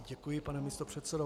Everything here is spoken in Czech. Děkuji, pane místopředsedo.